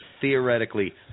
theoretically